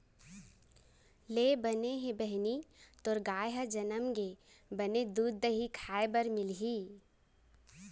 ले बने हे बहिनी तोर गाय ह जनम गे, बने दूद, दही खाय बर मिलही